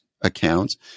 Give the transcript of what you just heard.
accounts